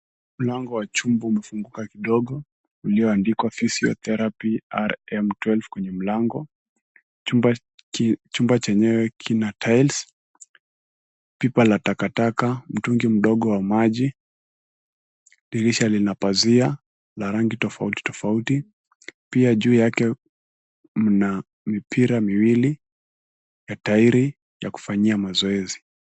Mlango wa chumba umefunguka kidogo ulioandikwa physiotherapy RM 12 kwenye mlango. Chumba chenyewe kina tiles , pipa la takataka, mtungi mdogo wa maji. Dirisha lina pazia la rangi tofauti tofauti, pia juu yake mna mipira miwili na tairi ya kufanyia mazoezi.